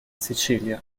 sicilia